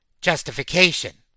justification